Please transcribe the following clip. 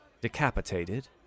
decapitated